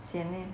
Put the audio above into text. sian leh